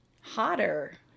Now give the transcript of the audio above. Hotter